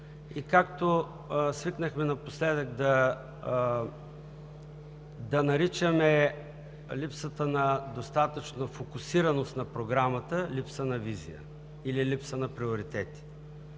и както свикнахме напоследък да наричаме липсата на достатъчно фокусираност на програмата, липса на визия или липса на приоритети.